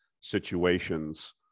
situations